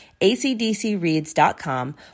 acdcreads.com